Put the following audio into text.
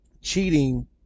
cheating